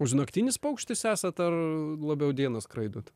jūs naktinis paukštis esat ar labiau dieną skraidot